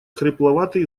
хрипловатый